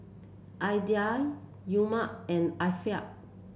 Aidil Umar and Afiq